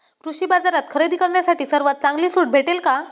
कृषी बाजारात खरेदी करण्यासाठी सर्वात चांगली सूट भेटेल का?